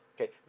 Okay